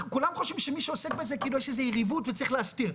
כולם חושבים שמי שעוסק בזה בגלל שזה יריבות וצריך להסתיר,